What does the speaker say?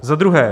Za druhé.